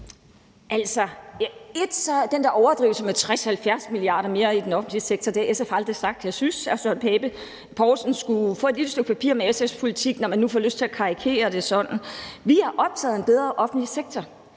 der overdrivelse med 60-70 mia. kr. mere i den offentlige sektor har SF aldrig sagt. Jeg synes, at hr. Søren Pape Poulsen skulle få et lille stykke papir med SF's politik, når man nu får lyst til at karikere det sådan. Vi er optaget af en bedre offentlig sektor.